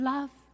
Love